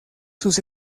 sus